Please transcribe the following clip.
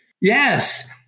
Yes